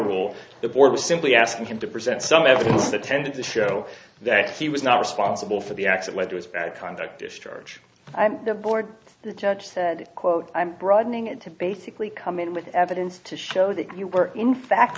will the board was simply asking him to present some evidence that tended to show that he was not responsible for the acts of whether it's bad conduct discharge the board the judge said quote i'm broadening it to basically come in with evidence to show that you were in fact